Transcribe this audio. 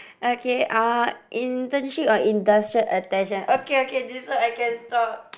okay uh internship or industrial attachment okay okay this one I can talk